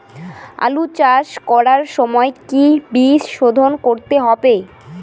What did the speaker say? আলু চাষ করার সময় কি বীজ শোধন করতে হবে?